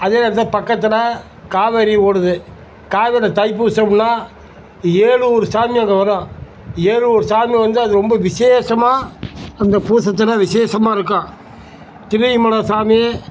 அதே இது தான் பக்கத்தில் காவேரி ஓடுது காவிரி தைப்பூசம்னால் ஏழு ஊரு சாமி அங்கே வரும் ஏழு ஊரு சாமி வந்து அது ரொம்ப விசேஷமாக அந்த பூசத்தில் விசேஷமாக இருக்கும் தில்லை மடம் சாமி